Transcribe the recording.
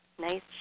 nice